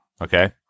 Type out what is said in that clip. okay